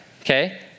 Okay